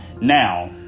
Now